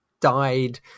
died